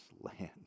land